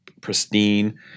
pristine